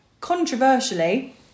controversially